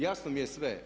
Jasno mi je sve.